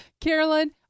Carolyn